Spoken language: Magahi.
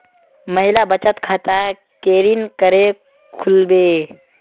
महिला बचत खाता केरीन करें खुलबे